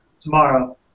Tomorrow